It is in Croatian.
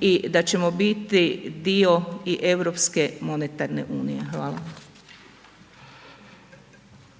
i da ćemo biti dio i europske monetarne unije. Hvala. **Radin,